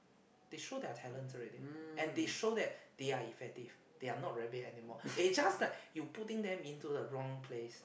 they show their talents already and they show that they are effective they are not rabbit anymore it just like you putting them into the wrong place